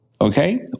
Okay